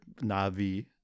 Navi